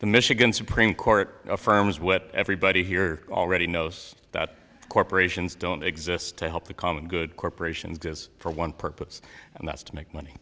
the michigan supreme court affirms what everybody here already knows that corporations don't exist to help the common good corporations just for one purpose and that's to make money